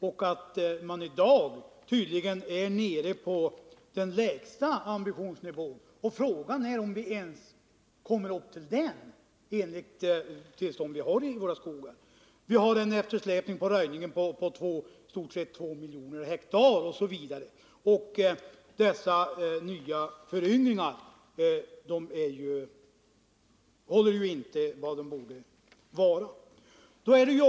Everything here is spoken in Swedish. I dag är man tydligen nere på den lägsta ambitionsnivån, och frågan är om man ens kommer upp till den, om man ser på det tillstånd som råder i våra skogar. Vi har en eftersläpning beträffande röjningen på i stort sett två miljoner hektar, föryngringarna är inte vad de borde vara osv.